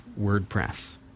WordPress